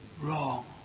wrong